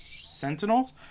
Sentinels